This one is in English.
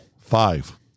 Five